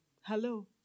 Hello